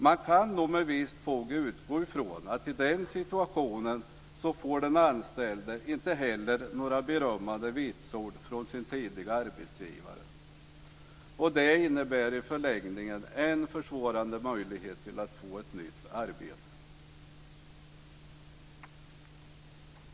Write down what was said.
Man kan med visst fog utgå från att den anställde i den situationen inte heller får några berömmande vitsord från sin tidigare arbetsgivare. Det innebär i förlängningen än mer försvårade möjligheter att få ett nytt arbete.